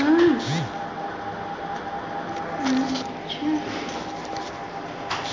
खेत में प्रमाणित बिया, गोबर के खाद अउरी कम्पोस्ट खाद डालला से खरपतवार में कमी आवेला